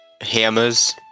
hammers